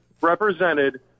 represented